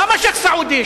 למה שיח' סעודי?